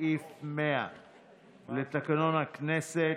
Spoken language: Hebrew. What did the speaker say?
סעיף 100 לתקנון הכנסת.